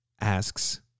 asks